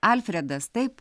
alfredas taip